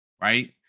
right